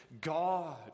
God